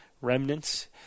remnants